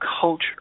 culture